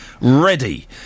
ready